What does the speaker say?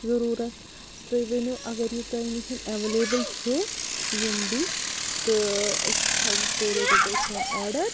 ضوٚروٗرَت تُہۍ ؤنِو اگر یہِ تۄہہِ نِش اَویلیبل چھُ یِم ڈِش تہٕ أسۍ تہِ حظ تُہۍ رٔٹِو تیٚلہِ سون آڈَر